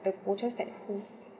the voters that who